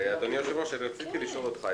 אדוני היושב-ראש, רציתי לשאול אותך.